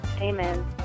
Amen